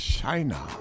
China